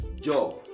Job